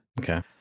Okay